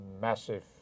massive